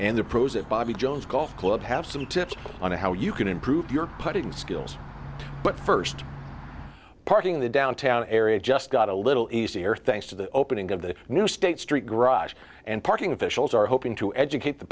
and the pros at bobby jones golf club have some tips on how you can improve your putting skills but first parking in the downtown area just got a little easier thanks to the opening of the new state street garage and parking officials are hoping to educate the